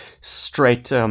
straight